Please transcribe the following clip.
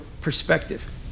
perspective